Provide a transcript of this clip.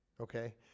okay